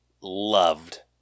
loved